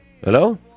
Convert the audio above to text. Hello